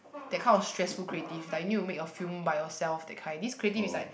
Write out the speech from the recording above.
that kind of stressful creative like you need to make a film by yourself that kind this creative is like